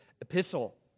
epistle